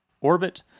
orbit